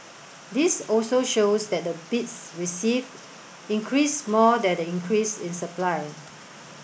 this also shows that the bids received increased more than the increase in supply